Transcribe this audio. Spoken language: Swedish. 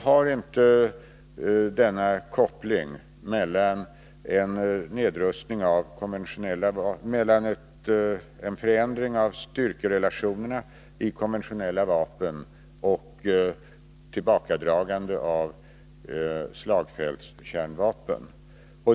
Vi gör inte någon koppling mellan en förändring av styrkerelationerna i konventionella vapen och tillbakadragande av slagfältskärnvapen.